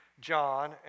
John